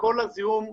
וכל הזיהום מתחלף.